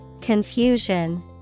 Confusion